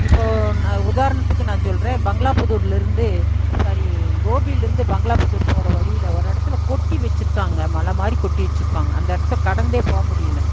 இப்போது நான் உதாரணத்துக்கு நான் சொல்கிறேன் பங்களாபுதூரில் இருந்து சாரி கோபியில் இருந்து பங்களாபுதூர் போகிற வழியில் ஒரு இடத்துல கொட்டி வச்சுருக்காங்க மலை மாதிரி கொட்டி வச்சுருக்காங்க அந்த இடத்த கடந்தே போக முடியல